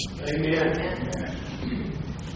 Amen